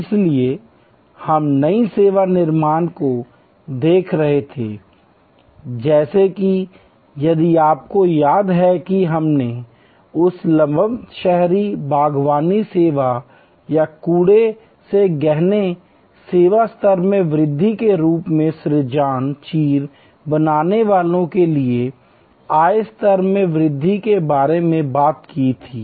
इसलिए हम नई सेवा निर्माण को देख रहे थे जैसे कि यदि आपको याद है कि हमने उस लंबवत शहरी बागवानी सेवा या कूड़े से गहने सेवा स्तर में वृद्धि के रूप में सृजन चीर बीनने वालों के लिए आय स्तर में वृद्धि के बारे में बात की थी